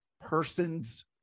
persons